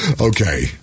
Okay